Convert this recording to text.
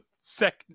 second